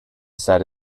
said